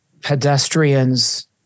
pedestrians